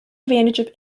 advantage